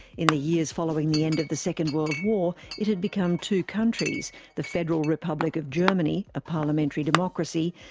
in the years following the end of the second world war, it had become two countries the federal republic of germany, a parliamentary democracy,